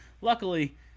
luckily